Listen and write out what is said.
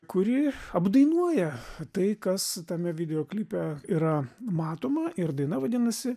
kuri apdainuoja tai kas tame video klipe yra matoma ir daina vadinasi